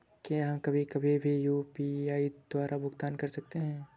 क्या हम कभी कभी भी यू.पी.आई द्वारा भुगतान कर सकते हैं?